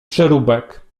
przeróbek